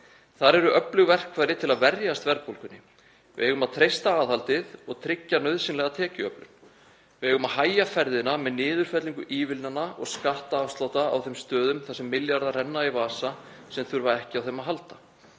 Þar eru öflug verkfæri til að verjast verðbólgunni. Við eigum að treysta aðhaldið og tryggja nauðsynlega tekjuöflun. Við eigum að hægja ferðina með niðurfellingu ívilnana og skattafslátta á þeim stöðum þar sem milljarðar renna í vasa sem þurfa ekki á þeim að halda.